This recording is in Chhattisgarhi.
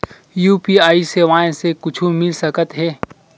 यू.पी.आई सेवाएं से कुछु मिल सकत हे?